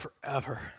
forever